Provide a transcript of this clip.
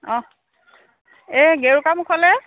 অঁ এই গেৰুকামুখলৈ